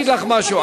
אני אגיד לך משהו.